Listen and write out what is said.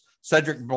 cedric